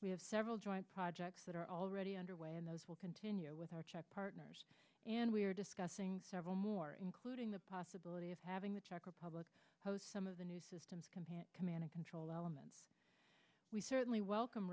we have several joint projects that are already underway and those will continue with our partners and we are discussing several more including the possibility of having the czech republic some of the new systems command and control element we certainly welcome